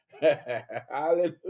Hallelujah